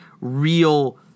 real